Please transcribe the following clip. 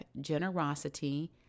generosity